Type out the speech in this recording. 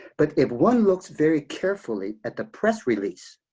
but if one looks very carefully at the press release,